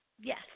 yes